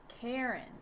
karen